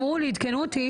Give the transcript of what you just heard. עדכנו אותי,